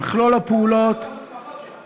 לכן המחירים עולים כל הזמן.